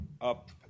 up